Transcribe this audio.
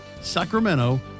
Sacramento